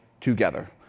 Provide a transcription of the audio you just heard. together